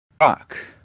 Rock